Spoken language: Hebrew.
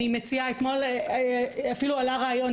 אתמול אפילו עלה רעיון.